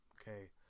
okay